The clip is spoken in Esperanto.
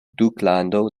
duklando